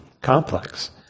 complex